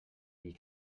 die